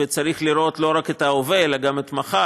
וצריך לראות לא רק את ההווה אלא גם את מחר.